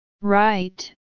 Right